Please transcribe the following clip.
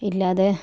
ഇല്ലാതെ